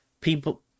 people